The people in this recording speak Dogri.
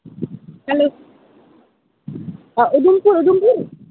हैल्लो हां उधमपुर उधमपुर